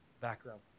background